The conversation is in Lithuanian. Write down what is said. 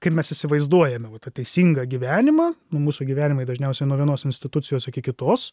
kaip mes įsivaizduojame va tą teisingą gyvenimą nu mūsų gyvenimai dažniausiai nuo vienos institucijos iki kitos